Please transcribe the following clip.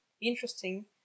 interesting